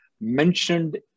mentioned